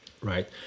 right